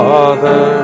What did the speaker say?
Father